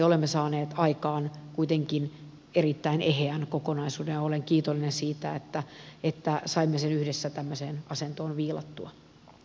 olemme saaneet aikaan kuitenkin erittäin eheän kokonaisuuden ja olen kiitollinen siitä että saimme sen yhdessä tällaiseen asentoon viilattua